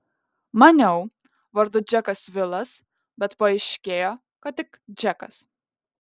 maniau vardu džekas vilas bet paaiškėjo kad tik džekas